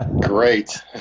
Great